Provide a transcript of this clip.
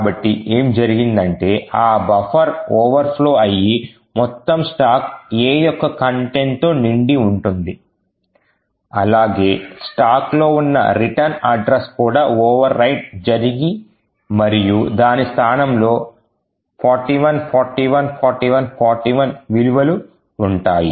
కాబట్టి ఏం జరిగిందంటే ఆ బఫర్ ఓవర్ ఫ్లో అయ్యి మొత్తం స్టాక్ A యొక్క కంటెంట్ తో నిండి ఉంటుంది అలాగే స్టాక్ లో ఉన్న రిటర్న్ అడ్రస్ కూడా overwrite జరిగి మరియు దాని స్థానంలో లో 41414141 విలువలు ఉంటాయి